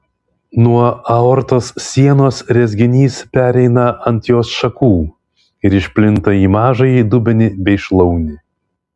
nuo aortos sienos rezginys pereina ant jos šakų ir išplinta į mažąjį dubenį bei šlaunį